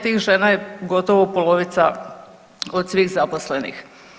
Tih žena je gotovo polovica od svih zaposlenih.